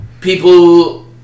People